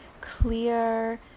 clear